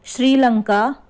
Sri Lanka